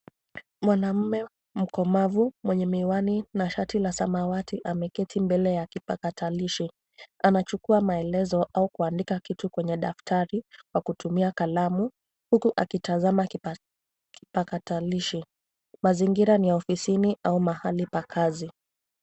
Mwanamme mkomavu mwenye miwani na shati la samawati ameketi mbele ya kipakatalishi. Anachukua maelezo au kuandika kitu kwenye daftari kwa kutumia kalamu huku akitazama kipakatalishi. Mazingira ni ya ofisini au mahali pa kazi.